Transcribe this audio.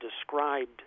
described